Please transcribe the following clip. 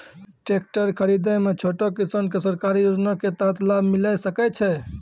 Tractor खरीदै मे छोटो किसान के सरकारी योजना के तहत लाभ मिलै सकै छै?